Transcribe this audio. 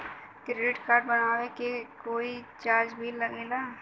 Credit card बनवावे के कोई चार्ज भी लागेला?